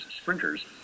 sprinters